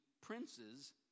princes